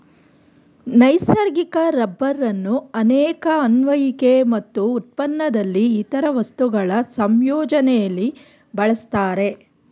ನೈಸರ್ಗಿಕ ರಬ್ಬರನ್ನು ಅನೇಕ ಅನ್ವಯಿಕೆ ಮತ್ತು ಉತ್ಪನ್ನದಲ್ಲಿ ಇತರ ವಸ್ತುಗಳ ಸಂಯೋಜನೆಲಿ ಬಳಸ್ತಾರೆ